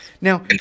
Now